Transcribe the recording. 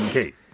Kate